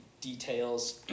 details